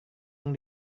yang